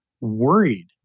worried